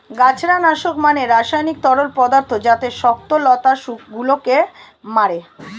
গাছড়া নাশক মানে রাসায়নিক তরল পদার্থ যাতে শক্ত লতা গুলোকে মারে